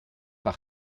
deux